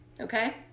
Okay